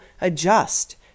adjust